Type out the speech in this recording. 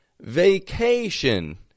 Vacation